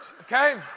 okay